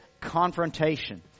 confrontation